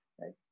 right